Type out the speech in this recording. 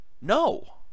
No